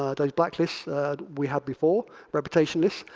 ah those blacklists we had before, reputation lists,